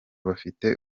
bafite